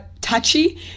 touchy